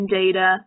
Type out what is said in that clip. data